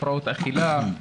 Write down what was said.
הפרעות אכילה,